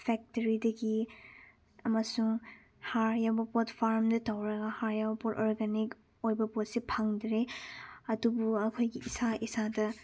ꯐꯦꯛꯇꯔꯤꯗꯒꯤ ꯑꯃꯁꯨꯡ ꯍꯥꯔ ꯌꯥꯎꯕ ꯄꯣꯠ ꯐꯥꯝꯗ ꯇꯧꯔꯒ ꯍꯥꯔ ꯌꯥꯎꯕ ꯄꯣꯠ ꯑꯣꯔꯒꯥꯅꯤꯛ ꯑꯣꯏꯕ ꯄꯣꯠꯁꯦ ꯐꯪꯗ꯭ꯔꯦ ꯑꯗꯨꯕꯨ ꯑꯩꯈꯣꯏꯒꯤ ꯏꯁꯥ ꯏꯁꯥꯗ